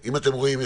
אם אתם רואים,